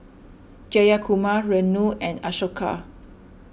Jayakumar Renu and Ashoka